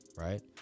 right